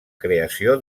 creació